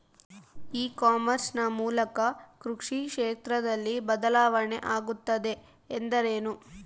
E commerce ನ ಮೂಲಕ ಕೃಷಿ ಕ್ಷೇತ್ರದಲ್ಲಿ ಬದಲಾವಣೆ ಆಗುತ್ತಿದೆ ಎಂದರೆ ಏನು?